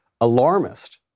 alarmist